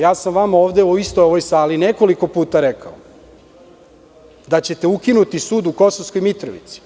Ja sam vama ovde u istoj ovoj sali nekoliko puta rekao da ćete ukinuti sud u Kosovskoj Mitrovici.